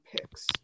picks